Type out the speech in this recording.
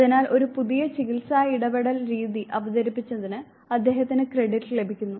അതിനാൽ ഒരു പുതിയ ചികിത്സാ ഇടപെടൽ രീതി അവതരിപ്പിച്ചതിന് അദ്ദേഹത്തിന് ക്രെഡിറ്റ് ലഭിക്കുന്നു